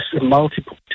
multiple